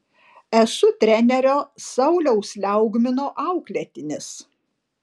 esu trenerio sauliaus liaugmino auklėtinis